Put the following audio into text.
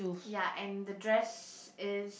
ya and the dress is